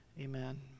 amen